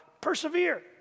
persevere